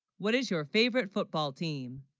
what is your favorite football team